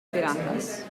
piratas